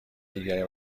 دیگری